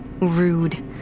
rude